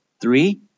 three